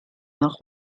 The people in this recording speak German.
nach